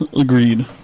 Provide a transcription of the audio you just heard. Agreed